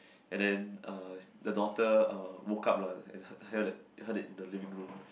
and then uh the daughter uh woke up lah and her her hear that heard the living room